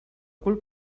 cul